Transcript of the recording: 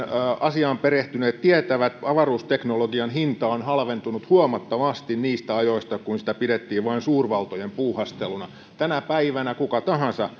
asiaan perehtyneet tietävät avaruusteknologian hinta on halventunut huomattavasti niistä ajoista kun sitä pidettiin vain suurvaltojen puuhasteluna tänä päivänä mikä tahansa